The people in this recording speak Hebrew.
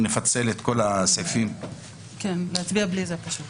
פשוט נצביע בלי זה.